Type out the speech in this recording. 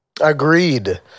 Agreed